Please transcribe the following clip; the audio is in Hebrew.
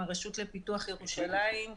הרשות לפיתוח ירושלים,